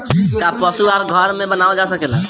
का पशु आहार घर में बनावल जा सकेला?